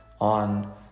on